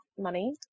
money